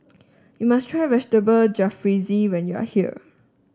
you must try Vegetable Jalfrezi when you are here